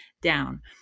down